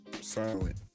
silent